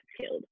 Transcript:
killed